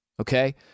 okay